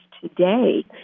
today